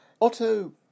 Otto